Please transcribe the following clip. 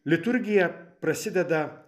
liturgija prasideda